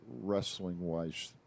wrestling-wise